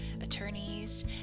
attorneys